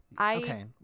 Okay